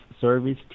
service